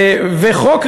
התשי"ח 1957,